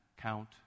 count